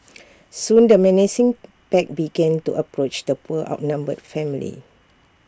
soon the menacing pack began to approach the poor outnumbered family